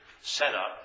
setup